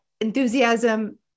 enthusiasm